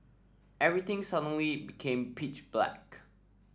everything suddenly became pitch black